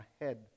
ahead